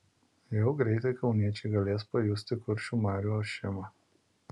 jau greitai kauniečiai galės pajusti kuršių marių ošimą